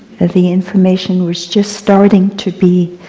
the information was just starting to be